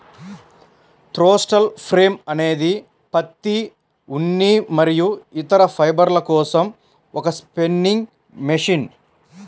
throstle frame అనేది పత్తి, ఉన్ని మరియు ఇతర ఫైబర్ల కోసం ఒక స్పిన్నింగ్ మెషిన్